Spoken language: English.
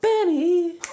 Benny